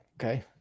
Okay